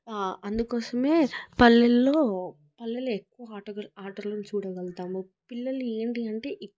అందుకోసమే పల్లెల్లో పల్లెల్లో ఎక్కువ ఆటలను చూడగలుగుతాము పిల్లలని ఏంటి అంటే